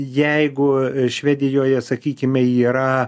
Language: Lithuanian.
jeigu švedijoje sakykime yra